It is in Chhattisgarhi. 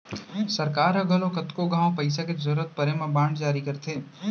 सरकार ह घलौ कतको घांव पइसा के जरूरत परे म बांड जारी करथे